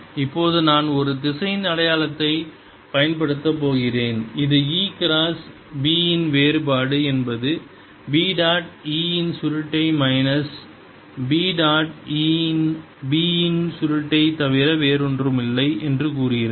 இப்போது நான் ஒரு திசையன் அடையாளத்தைப் பயன்படுத்தப் போகிறேன் இது E கிராஸ் B இன் வேறுபாடு என்பது B டாட் E இன் சுருட்டை மைனஸ் E டாட் B இன் சுருட்டை தவிர வேறொன்றுமில்லை என்று கூறுகிறது